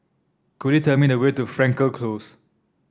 could you tell me the way to Frankel Close